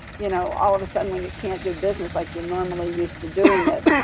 you know all of a sudden when you can't do business like you're normally used to doing it.